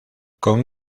con